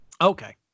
Okay